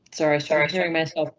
sorry, sorry, sorry myself.